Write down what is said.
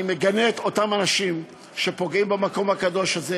אני מגנה את אותם אנשים שפוגעים במקום הקדוש הזה.